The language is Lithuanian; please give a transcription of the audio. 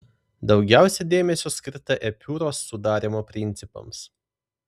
daugiausia dėmesio skirta epiūros sudarymo principams